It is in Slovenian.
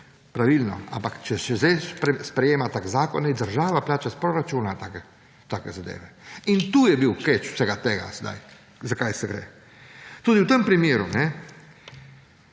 Pravilno. Ampak če se zdaj sprejema tak zakon, naj država plača iz proračuna take zadeve. In tu je bil catch vsega tega zdaj, za kaj se gre. Tudi v tem primeru